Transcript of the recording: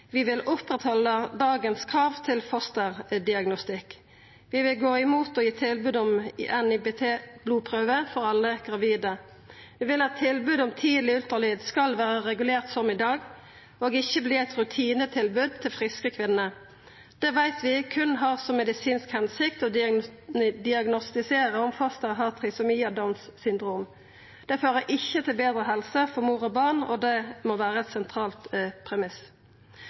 Vi vil halda ved lag dagens krav til fosterdiagnostikk. Vi vil gå imot å gi tilbod om NIPT-blodprøve for alle gravide. Vi vil at tilbodet om tidleg ultralyd skal vera regulert som i dag og ikkje verta eit rutinetilbod til friske kvinner. Det veit vi at berre har som medisinsk hensikt å diagnostisera om fosteret har trisomi og Downs syndrom. Det fører ikkje til betre helse for mor og barn, og det må vera ein sentral premiss.